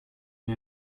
der